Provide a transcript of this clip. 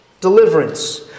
deliverance